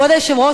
כבוד היושב-ראש,